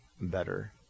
better